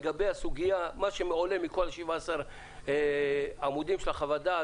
לגבי הסוגייה מה שעולה מכל 17 העמודים של חוות הדעת,